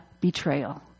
betrayal